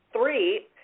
three